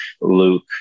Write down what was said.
Luke